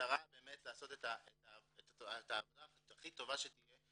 במטרה באמת לעשות את העבודה הכי טובה שתהיה,